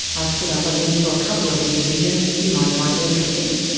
i've put up a link to a couple of rear visions you might find interesting.